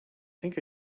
think